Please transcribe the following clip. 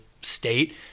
state